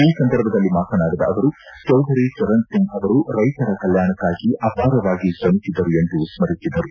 ಈ ಸಂದರ್ಭದಲ್ಲಿ ಮಾತನಾಡಿದ ಅವರು ಚೌಧರಿ ಚರಣ್ ಸಿಂಗ್ ಅವರು ರೈತರ ಕಲ್ಲಾಣಕ್ಕಾಗಿ ಅಪಾರವಾಗಿ ಶ್ರಮಿಸಿದ್ದರು ಎಂದು ಸ್ಕರಿಸಿದರು